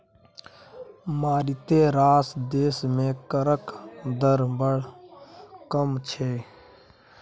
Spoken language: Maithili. मारिते रास देश मे करक दर बड़ कम छै